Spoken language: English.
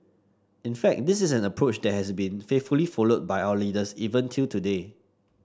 in fact this is an approach that has been faithfully followed by our leaders even till today